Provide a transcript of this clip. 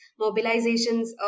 mobilizations